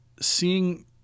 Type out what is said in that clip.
seeing –